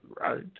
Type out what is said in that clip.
right